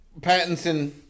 Pattinson